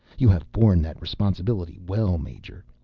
you have borne that responsibility well, major.